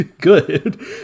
Good